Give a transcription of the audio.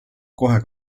kohe